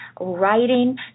writing